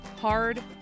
hard